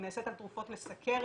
היא נעשית על תרופות לסכרת,